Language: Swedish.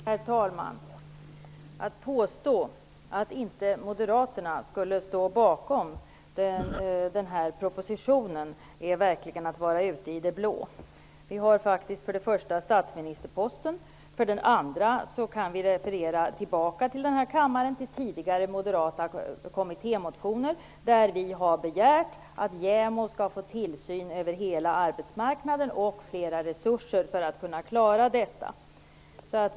Herr talman! Att påstå att Moderaterna inte skulle stå bakom denna proposition är verkligen att vara ute i det blå. Vi har för det första statsministerposten. För det andra kan vi referera till denna kammare, till tidigare moderata kommittémotioner, där vi har begärt att JämO skall få tillsyn över hela arbetsmarknaden och mer resurser för att kunna klara detta.